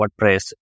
WordPress